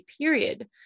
period